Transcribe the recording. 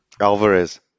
Alvarez